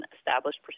established